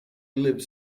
lives